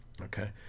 Okay